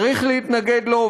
צריך להתנגד לו,